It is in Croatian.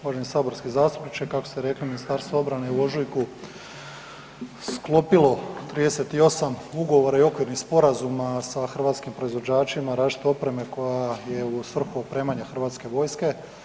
Uvaženi saborski zastupniče kako ste rekli Ministarstvo obrane je u ožujku sklopilo 38 ugovora i okvirnih sporazuma sa hrvatskim proizvođačima različite oprema koja je u svrhu opremanja Hrvatske vojske.